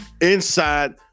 inside